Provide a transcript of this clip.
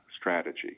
strategy